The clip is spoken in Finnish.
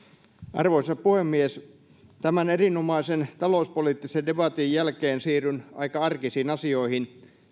arvoisa puhemies erinomaisen talouspoliittisen debatin jälkeen siirryn aika arkisiin asioihin